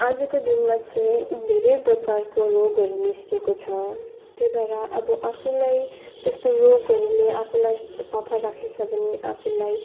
आजुको दिनमा चाहिँ धेरै प्रकारको रोगहरू निस्किएको छ त्यही भएर अब आफूलाई त्यस्तो रोगहरूले आफूलाई स सफा राख्नु छ भने आफूलाई